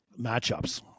matchups